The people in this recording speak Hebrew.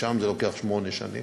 ששם זה לוקח שמונה שנים.